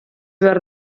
behar